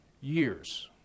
years